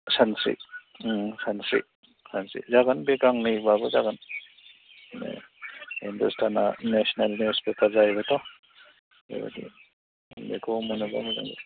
सानस्रि उम सानस्रि सानस्रि जागोन बे गांनैब्लाबो जागोन दे हिन्दुस्तानआ नेसनेल निउस पेपार जाहैबायथ' बेबायदि बेखौबो मोनोब्ला मोजां जायो